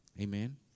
amen